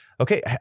okay